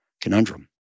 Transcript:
conundrum